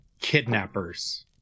kidnappers